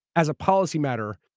as a policy matter,